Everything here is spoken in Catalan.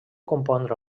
compondre